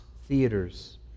theaters